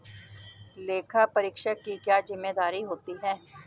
लेखापरीक्षक की क्या जिम्मेदारी होती है?